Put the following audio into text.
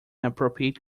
appropriate